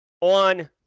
on